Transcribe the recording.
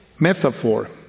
metaphor